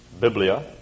Biblia